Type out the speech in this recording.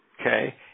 Okay